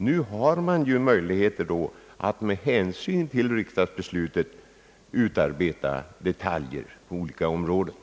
Nu har man ju möjligheter att med hänsyn till riksdagsbeslutet utarbeta detaljerna.